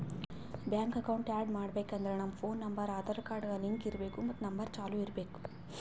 bank account add ಮಾಡ್ಬೇಕ್ ಅಂದುರ್ ನಮ್ ಫೋನ್ ನಂಬರ್ ಆಧಾರ್ ಕಾರ್ಡ್ಗ್ ಲಿಂಕ್ ಇರ್ಬೇಕ್ ಮತ್ ನಂಬರ್ ಚಾಲೂ ಇರ್ಬೇಕ್